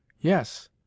Yes